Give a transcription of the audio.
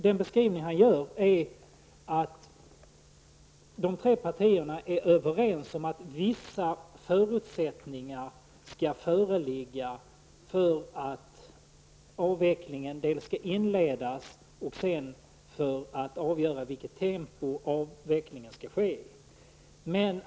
Den beskrivning han gör är att de tre partierna är överens om att vissa förutsättningar skall föreligga för att dels inleda avvecklingen, dels avgöra med vilket tempo den skall ske.